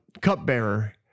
cupbearer